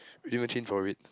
really want change for it